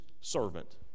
servant